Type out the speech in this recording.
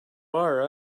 are